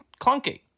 clunky